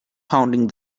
pounding